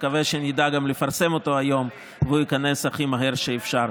אני מקווה שגם נדע לפרסם אותו היום והוא ייכנס הכי מהר שאפשר.